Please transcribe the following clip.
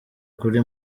kuri